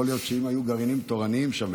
יכול להיות שאם היו גרעינים תורניים שם,